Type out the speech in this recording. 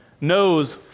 knows